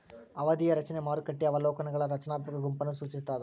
ಅವಧಿಯ ರಚನೆ ಮಾರುಕಟ್ಟೆಯ ಅವಲೋಕನಗಳ ರಚನಾತ್ಮಕ ಗುಂಪನ್ನ ಸೂಚಿಸ್ತಾದ